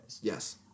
Yes